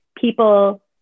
people